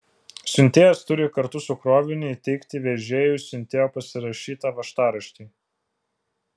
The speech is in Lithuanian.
siuntėjas turi kartu su kroviniu įteikti vežėjui siuntėjo pasirašytą važtaraštį